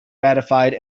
ratified